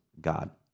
God